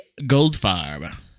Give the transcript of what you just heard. Goldfarb